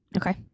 Okay